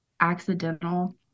accidental